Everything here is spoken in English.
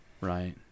Right